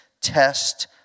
test